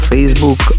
Facebook